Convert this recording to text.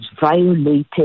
violated